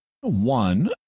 One